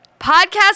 podcast